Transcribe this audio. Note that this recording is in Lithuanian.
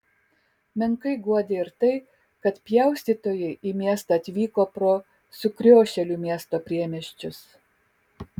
menkai guodė ir tai kad pjaustytojai į miestą atvyko pro sukriošėlių miesto priemiesčius